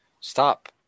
Stop